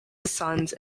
sons